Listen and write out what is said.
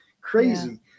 Crazy